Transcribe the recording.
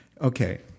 Okay